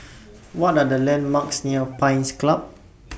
What Are The landmarks near Pines Club